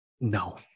No